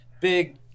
big